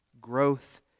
growth